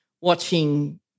watching